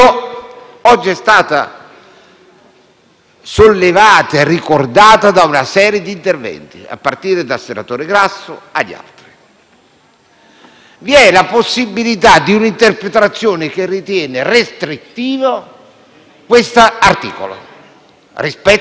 sollevata e ricordata da una serie di interventi, a partire da quello del senatore Grasso. Vi è la possibilità di un'interpretazione che ritiene restrittivo questo articolo rispetto all'attuale ampiezza.